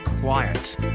quiet